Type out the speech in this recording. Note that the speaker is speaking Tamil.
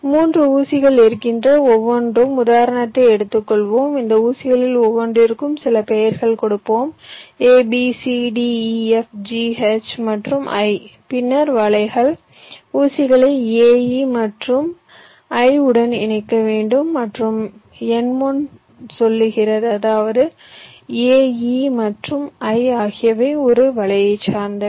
3 ஊசிகள் இருக்கின்றன ஒவ்வொன்றுக்கும் உதாரணத்தை எடுத்துக் கொள்வோம் இந்த ஊசிகளில் ஒவ்வொன்றிற்கும் சில பெயர்களைக் கொடுப்போம் a b c d e f g h மற்றும் i பின்னர் வலைகள் ஊசிகளை a e மற்றும் I உடன் இணைக்க வேண்டும் என்று N1 சொல்கிறது அதாவது a e மற்றும் i ஆகியவை ஒரு வலையைச் சேர்ந்தவை